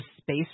space